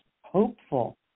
hopeful